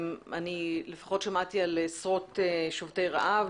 שמעתי על עשרות שובתי רעב,